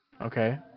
Okay